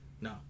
no